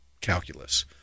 calculus